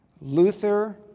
Luther